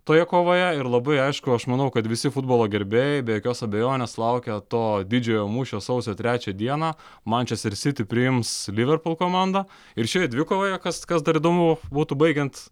toje kovoje ir labai aišku aš manau kad visi futbolo gerbėjai be jokios abejonės laukia to didžiojo mūšio sausio trečią dieną mančester siti priims liverpul komandą ir šioje dvikovoje kas kas dar įdomu būtų baigiant